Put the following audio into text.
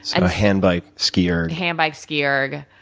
and a handbike, skierg handbike, skierg,